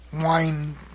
wine